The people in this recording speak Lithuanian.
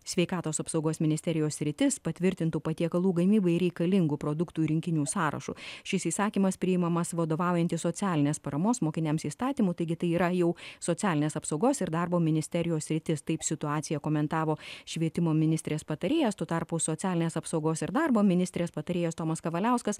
sveikatos apsaugos ministerijos sritis patvirtintų patiekalų gamybai reikalingų produktų rinkinių sąrašu šis įsakymas priimamas vadovaujantis socialinės paramos mokiniams įstatymu taigi tai yra jau socialinės apsaugos ir darbo ministerijos sritis taip situaciją komentavo švietimo ministrės patarėjas tuo tarpu socialinės apsaugos ir darbo ministrės patarėjas tomas kavaliauskas